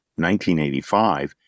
1985